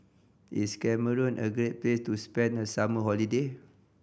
is Cameroon a great place to spend the summer holiday